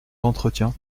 d’entretien